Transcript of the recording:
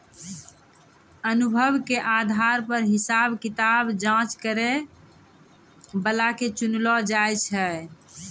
अनुभव के आधार पर हिसाब किताब जांच करै बला के चुनलो जाय छै